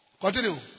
continue